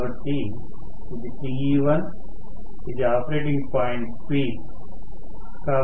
కాబట్టి ఇది Te1 ఇది ఆపరేటింగ్ పాయింట్ P